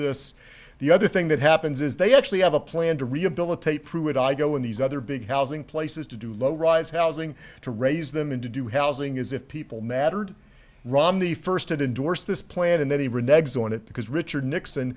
this the other thing that happens is they actually have a plan to rehabilitate pruitt i go in these other big housing places to do low rise housing to raise them and to do housing is if people mattered romney first to endorse this plan and then he reneges on it because richard nixon